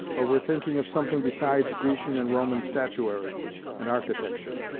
or were thinking of something besides grecian and roman statuary and architecture.